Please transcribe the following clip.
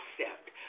accept